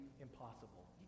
impossible